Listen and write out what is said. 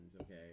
okay